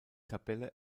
tabelle